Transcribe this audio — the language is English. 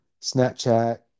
Snapchat